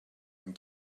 and